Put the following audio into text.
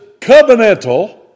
covenantal